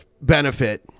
benefit